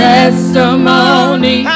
Testimony